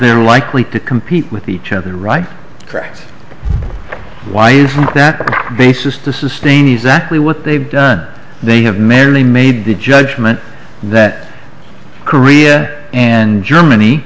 they're likely to compete with each other right correct why it's no basis to sustain exactly what they've done they have merely made the judgment that korea and germany